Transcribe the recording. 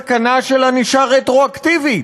סכנה של ענישה רטרואקטיבית,